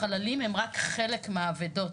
החללים הם רק חלק מהאבדות.